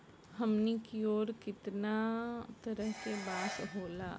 हमनी कियोर कितना तरह के बांस होला